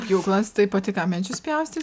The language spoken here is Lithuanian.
pjūklas tai pati ką medžius pjausty